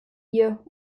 hier